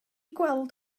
gweld